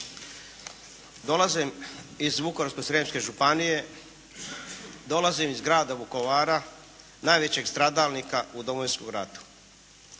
Dolazim iz Vukovarsko-srijemske županije, dolazim iz grada Vukovara, najvećeg stradalnika u Domovinskom ratu.